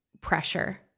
pressure